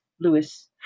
Lewis